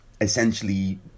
essentially